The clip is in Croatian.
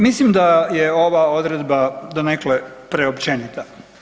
Mislim da je ova odredba donekle preopćenita.